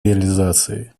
реализации